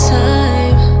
time